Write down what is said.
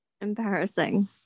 Embarrassing